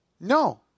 No